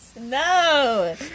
No